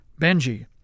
Benji